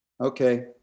okay